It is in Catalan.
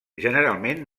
generalment